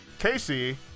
Casey